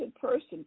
person